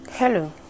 hello